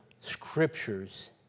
scriptures